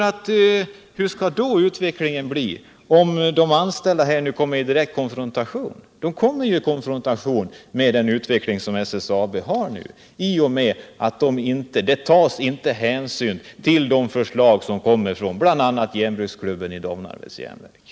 Och hur skall det bli om de anställda kommer i direkt konfrontation med den inställning som SSAB nu har i och med att det inte tas hänsyn till de förslag som kommer bl.a. från järnbruksklubben i Domnarvets Jernverk.